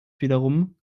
wiederum